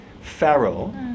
Pharaoh